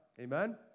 Amen